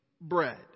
bread